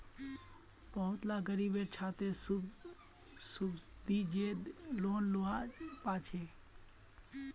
बहुत ला ग़रीब छात्रे सुब्सिदिज़ेद लोन लुआ पाछे